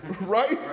right